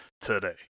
today